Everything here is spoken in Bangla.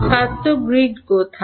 ছাত্র গ্রিডে কোথাও